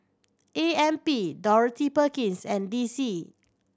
A M P Dorothy Perkins and D C